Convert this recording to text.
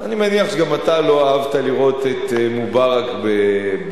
אני מניח שגם אתה לא אהבת לראות את מובארק בכלוב,